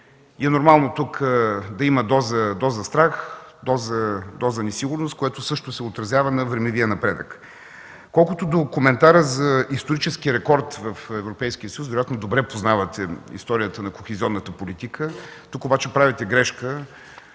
И е нормално тук да има доза страх, доза несигурност, което също се отразява на времевия напредък. Колкото до коментара за историческия рекорд в Европейския съюз, вероятно добре познавате историята на кохезионната политика. Тук обаче правите грешка